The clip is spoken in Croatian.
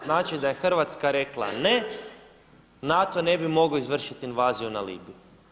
Znači da je Hrvatska rekla ne, NATO ne bi mogao izvršiti invaziju na Libiju.